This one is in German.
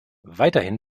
weiterhin